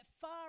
far